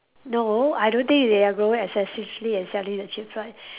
no I don't think they are growing excessively and selling at cheap price